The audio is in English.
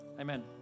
Amen